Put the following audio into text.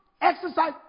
exercise